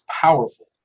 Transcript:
powerful